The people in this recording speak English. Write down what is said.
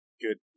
good